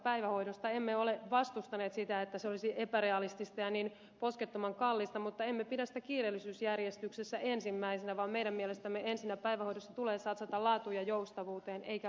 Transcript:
emme ole vastustaneet sitä väittäen että se olisi epärealistista ja niin poskettoman kallista mutta emme pidä sitä kiireellisyysjärjestyksessä ensimmäisenä vaan meidän mielestämme ensinnä päivähoidossa tulee satsata laatuun ja joustavuuteen eikä maksuttomuuteen